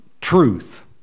truth